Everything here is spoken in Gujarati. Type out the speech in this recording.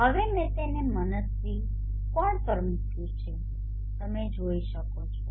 હવે મેં તેને મનસ્વી કોણ પર મૂક્યું છે તમે જોઈ શકો છો